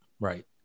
Right